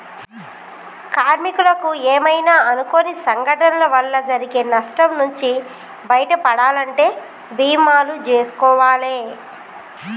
కార్మికులకు ఏమైనా అనుకోని సంఘటనల వల్ల జరిగే నష్టం నుంచి బయటపడాలంటే బీమాలు జేసుకోవాలే